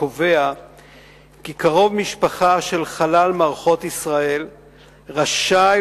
קובע כי קרוב משפחה של חלל מערכות ישראל רשאי